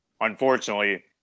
unfortunately